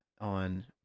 on